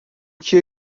کیه